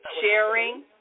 sharing